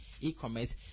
e-commerce